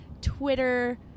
Twitter